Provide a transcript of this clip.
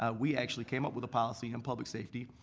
ah we actually came up with a policy in public safety.